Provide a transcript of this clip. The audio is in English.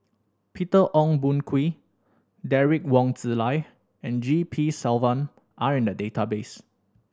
Peter Ong Boon Kwee Derek Wong Zi Liang and G P Selvam are in the database